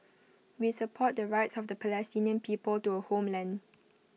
we support the rights of the Palestinian people to A homeland